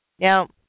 Now